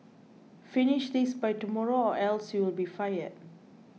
finish this by tomorrow or else you'll be fired